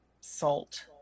salt